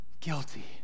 guilty